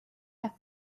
have